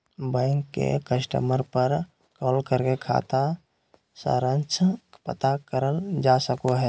bank के customer पर call करके खाता सारांश पता करल जा सको हय